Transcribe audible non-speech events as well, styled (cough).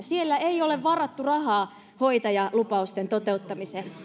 (unintelligible) siellä ei ole varattu rahaa hoitajalupausten toteuttamiseen